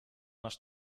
masz